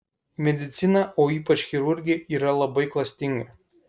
medicina o ypač chirurgija yra labai klastinga